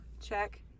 check